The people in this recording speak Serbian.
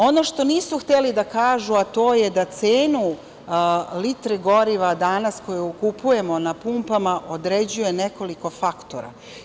Ono što nisu hteli da kažu to je da cenu litre goriva danas koju kupujemo na pumpama određuje nekoliko faktora.